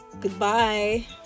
goodbye